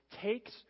takes